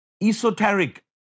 esoteric